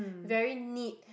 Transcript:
very need